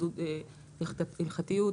עידוד הליכתיות,